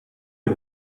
est